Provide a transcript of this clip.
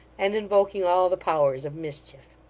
and invoking all the powers of mischief.